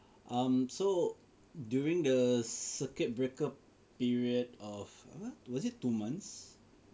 um so during the circuit breaker period of [pe] was it two months